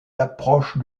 l’approche